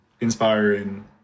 inspiring